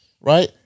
right